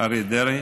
אריה דרעי